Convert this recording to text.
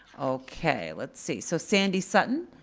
okay, let's see. so sandy sutton,